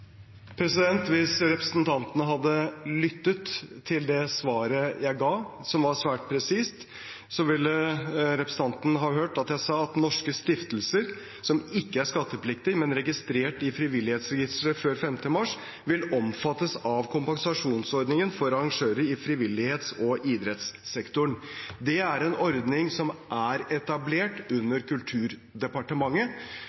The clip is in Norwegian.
Hvis representanten hadde lyttet til det svaret jeg ga, som var svært presist, ville representanten ha hørt at jeg sa at norske stiftelser som ikke er skattepliktige, men registrert i Frivillighetsregisteret før 5. mars, vil omfattes av kompensasjonsordningen for arrangører i frivillighets- og idrettssektoren. Det er en ordning som er etablert